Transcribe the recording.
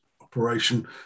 operation